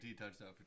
touchdown